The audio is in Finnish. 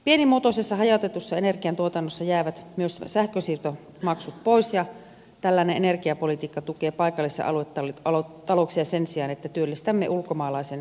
pienimuotoisessa hajautetussa energiantuotannossa jäävät myös sähkönsiirtomaksut pois ja tällainen energiapolitiikka tukee paikallisia talouksia sen sijaan että työllistämme ulkomaalaisen hiilikaivoksen